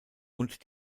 und